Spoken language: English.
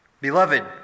Beloved